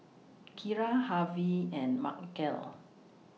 Kira Harvie and Markell